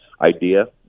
idea